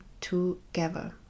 together